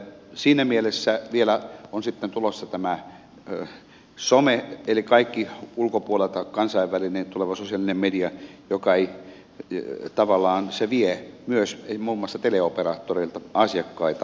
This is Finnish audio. siinä mielessä vielä on sitten tulossa tämä some eli kaikki kansainvälinen ulkopuolelta tuleva sosiaalinen media joka tavallaan vie myös muun muassa teleoperaattoreilta asiakkaita